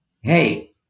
Hey